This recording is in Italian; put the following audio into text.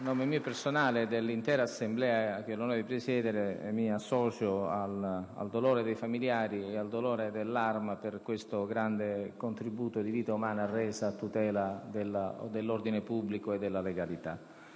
a nome mio personale e dell'intera Assemblea che ho l'onore di presiedere, mi associo al dolore dei familiari e dell'Arma per questo grande tributo reso a tutela dell'ordine pubblico e della legalità.